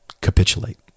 Capitulate